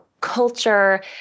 culture